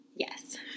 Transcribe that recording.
Yes